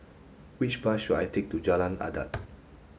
which bus should I take to Jalan Adat